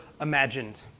imagined